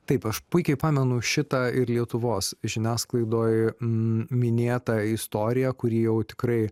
taip aš puikiai pamenu šitą ir lietuvos žiniasklaidoj minėtą istoriją kuri jau tikrai